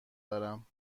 دارم